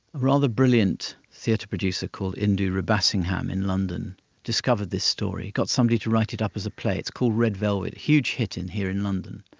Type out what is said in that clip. rather brilliant theatre producer called indhu rubasingham in london discovered this story, got somebody to write it up as a play, it's called red velvet, a huge hit here in london.